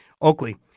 oakley